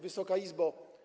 Wysoka Izbo!